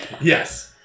Yes